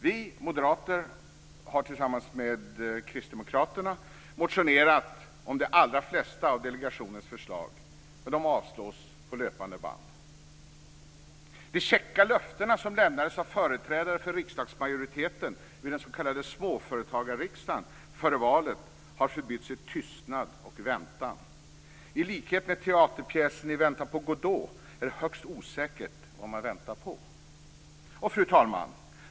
Vi moderater har tillsammans med kristdemokraterna motionerat om de allra flesta av delegationens förslag. Men motionerna avslås på löpande band. De käcka löften som lämnades av företrädare för riksdagsmajoriteten vid den s.k. småföretagarriksdagen före valet har förbytts i tystnad och väntan. I likhet med teaterpjäsen I väntan på Godot är det högst osäkert vad man väntar på. Fru talman!